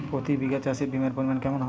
প্রতি বিঘা চাষে বিমার পরিমান কেমন হয়?